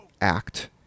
act